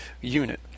unit